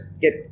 get